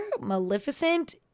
Maleficent